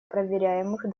проверяемых